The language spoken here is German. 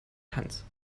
tanz